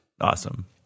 Awesome